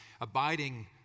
abiding